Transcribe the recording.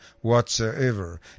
whatsoever